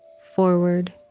forward,